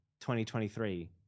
2023